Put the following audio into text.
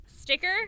Sticker